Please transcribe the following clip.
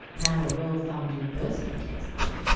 now a well thumbed university text book,